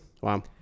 Wow